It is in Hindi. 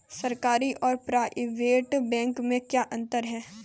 सरकारी और प्राइवेट बैंक में क्या अंतर है?